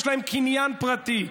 יש להם קניין פרטי,